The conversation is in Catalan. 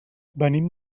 venim